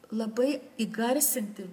labai įgarsinti